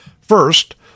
First